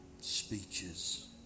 speeches